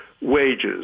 Wages